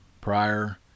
prior